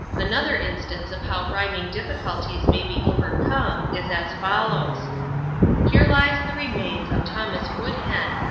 another instance of how rhyming difficulties may be overcome is as follows here lies the remains of thomas woodhen,